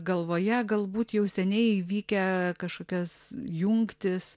galvoje galbūt jau seniai įvykę kažkokios jungtys